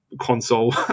console